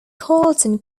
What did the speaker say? carleton